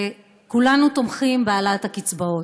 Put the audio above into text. כולנו תומכים בהעלאת הקצבאות,